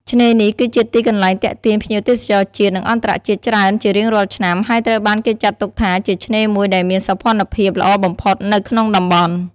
ឆ្នេរនេះគឺជាទីកន្លែងទាក់ទាញភ្ញៀវទេសចរជាតិ និងអន្តរជាតិច្រើនជារៀងរាល់ឆ្នាំ ហើយត្រូវបានគេចាត់ទុកថាជាឆ្នេរមួយដែលមានសោភ័ណភាពល្អបំផុតនៅ ក្នុងតំបន់។